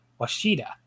Washida